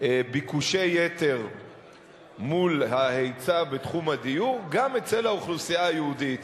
ביקושי יתר מול ההיצע בתחום הדיור גם אצל האוכלוסייה היהודית,